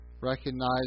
recognize